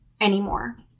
anymore